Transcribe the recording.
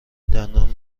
دندان